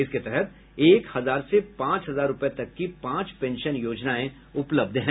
इसके तहत एक हजार से पांच हजार रुपये तक की पांच पेंशन योजनाएं उपलब्ध हैं